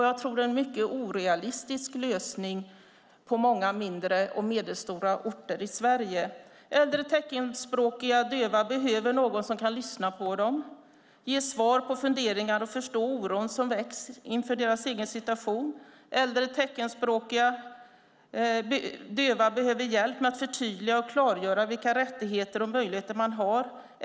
Jag tror att det är en mycket orealistisk lösning på många mindre och medelstora orter i Sverige. Äldre teckenspråkiga döva behöver någon som kan lyssna på dem, ge svar på funderingar och förstå den oro som väcks inför deras egen situation. Äldre teckenspråkiga döva behöver hjälp med att förtydliga och klargöra vilka rättigheter och möjligheter de har.